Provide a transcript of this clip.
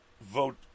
vote